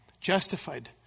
justified